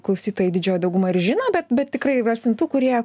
klausytojai didžioji dauguma ir žino bet bet tikrai rasim tų kurie